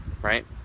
Right